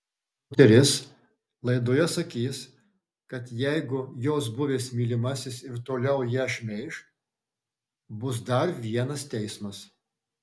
moteris laidoje sakys kad jeigu jos buvęs mylimasis ir toliau ją šmeiš bus dar vienas teismas